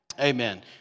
Amen